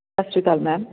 ਸਤਿ ਸ੍ਰੀ ਅਕਾਲ ਮੈਮ